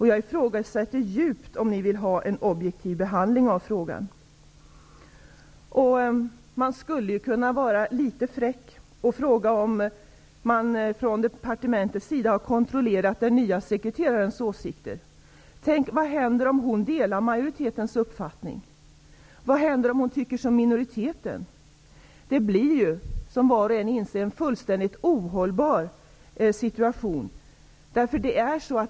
Jag ifrågasätter kraftigt om ni vill ha en objektiv behandling av frågan. För att vara litet fräck, skulle man kunna fråga om den nya sekreterarens åsikter har kontrollerats av departementet. Tänk om hon delar majoritetens uppfattning! Vad händer då? Vad händer om hon tycker som minoriteten? Såsom var och inser, blir situationen fullständigt ohållbar.